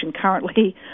currently